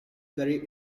very